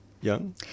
young